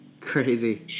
Crazy